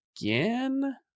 again